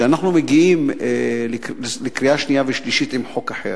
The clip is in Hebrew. שאנחנו מגיעים לקריאה שנייה ושלישית עם חוק אחר.